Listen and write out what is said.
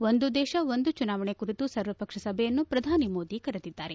ಒಂದು ದೇಶ ಒಂದು ಚುನಾವಣೆ ಕುರಿತು ಸರ್ವಪಕ್ಷ ಸಭೆಯನ್ನು ಪ್ರಧಾನಿ ಮೋದಿ ಕರೆದಿದ್ದಾರೆ